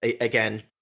again